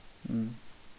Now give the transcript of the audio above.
mm